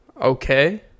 okay